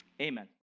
amen